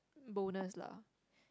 bonus lah